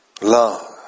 Love